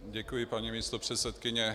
Děkuji, paní místopředsedkyně.